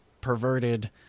Perverted